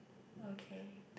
okay